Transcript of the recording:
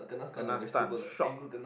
kena stun shock